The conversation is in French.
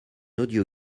audio